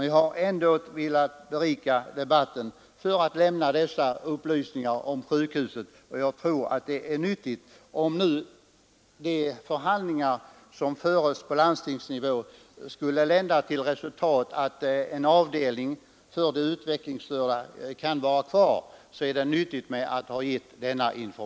Jag har ändå velat berika debatten med dessa upplysningar om sjukhuset — jag tror att denna information ändå kan vara till nytta, om de förhandlingar som nu förs på landstingsnivå skulle få till resultat att en avdelning för de utvecklingsstörda kan finnas kvar.